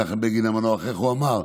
מנחם בגין המנוח, איך הוא אמר?